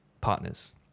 partners